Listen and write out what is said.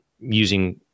using